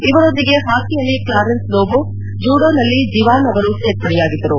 ಇವರೊಂದಿಗೆ ಪಾಕಿಯಲ್ಲಿ ಕ್ಲಾರೆನ್ಸ್ ಲೋಬೋ ಜೂಡೋನ್ಲಲಿ ಜಿವಾನ್ ಅವರೂ ಸೇರ್ಪಡೆಯಾಗಿದ್ದರು